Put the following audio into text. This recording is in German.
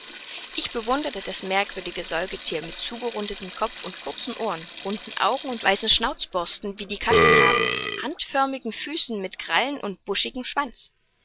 ich bewunderte das merkwürdige säugethier mit zugerundetem kopf und kurzen ohren runden augen weißen schnauzborsten wie die katzen haben handförmigen füßen mit krallen und buschigem schwanz